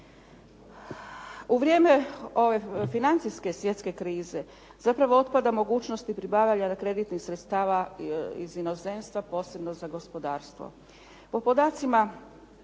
U vrijeme ove financijske svjetske krize zapravo otpada mogućnost … /Govornica se ne razumije./ … kreditnih sredstava iz inozemstva, posebno za gospodarstvo. Po podacima